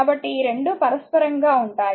కాబట్టి ఈ రెండు పరస్పరంగా ఉంటాయి